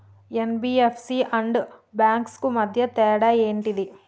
NBFC and banks కు మధ్య తేడా ఏంటిది?